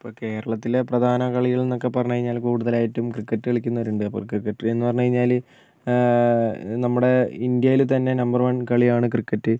ഇപ്പോൾ കേരളത്തിലെ പ്രധാന കളികൾ എന്നൊക്കെ പറഞ്ഞു കഴിഞ്ഞാൽ കൂടുതലായിട്ടും ക്രിക്കറ്റ് കളിക്കുന്നവരുണ്ട് അപ്പോൾ ക്രിക്കറ്റിൽ എന്നുപറഞ്ഞ് കഴിഞ്ഞാൽ നമ്മുടെ ഇന്ത്യയിൽ തന്നെ നമ്പർ വൺ കളിയാണ് ക്രിക്കറ്റ്